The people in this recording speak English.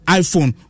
iphone